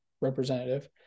representative